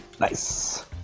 nice